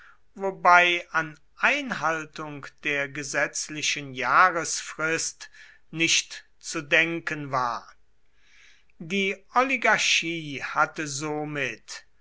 wobei an einhaltung der gesetzlichen jahresfrist nicht zu denken war die oligarchie hatte somit